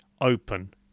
open